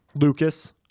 Lucas